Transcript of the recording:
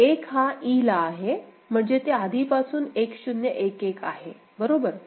1 हा e ला आहे म्हणजे ते आधीपासून 1 0 1 1 आहे बरोबर